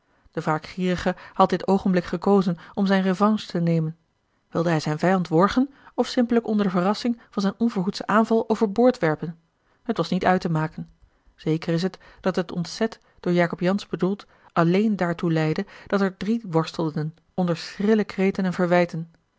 de wraakgierige had dit oogenblik gekozen om zijne revanche te nemen wilde hij zijn vijand worgen of simpellijk onder de verrassing van zijn onverhoedschen aanval over boord werpen het was niet uit te maken zeker is het dat het ontzet door jacob jansz bedoeld alleen daartoe leidde dat er drie worstelden onder schrille kreten en verwijten